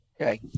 Okay